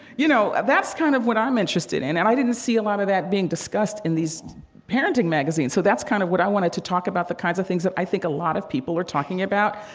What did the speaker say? you know, that's kind of what i'm interested in. and i didn't see a lot of that being discussed in these parenting magazines. so that's kind of what i wanted to talk about, the kinds of the things that i think a lot of people are talking about,